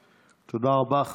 תודה רבה, אדוני.